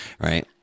Right